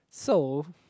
so